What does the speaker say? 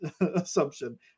assumption